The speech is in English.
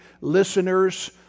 Listeners